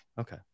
okay